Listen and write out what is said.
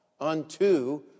unto